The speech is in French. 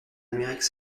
amérique